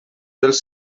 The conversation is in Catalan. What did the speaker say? dels